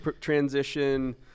transition